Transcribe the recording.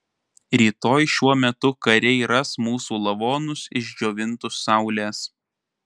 rytoj šiuo metu kariai ras mūsų lavonus išdžiovintus saulės